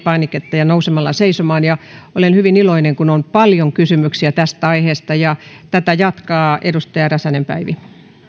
painiketta ja nousemalla seisomaan olen hyvin iloinen kun on paljon kysymyksiä tästä aiheesta ja tätä jatkaa edustaja räsänen päivi arvoisa